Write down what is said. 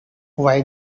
why